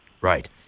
Right